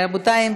רבותי,